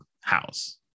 house